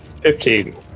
Fifteen